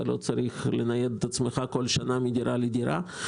אתה לא צריך לנייד את עצמך כל שנה מדירה לדירה.